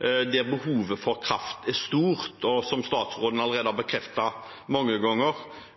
der behovet for kraft er stort – som statsråden allerede har bekreftet mange ganger –